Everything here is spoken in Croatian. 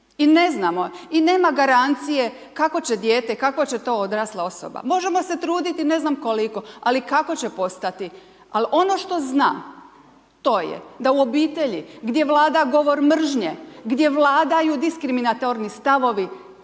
I ne znamo i nema garancije kako će dijete, kako će to odrasla osoba možemo se truditi ne znam koliko, ali kako će postati, al ono što znam to je da u obitelji gdje vlada govor mržnje, gdje vladaju diskriminatorni stavovi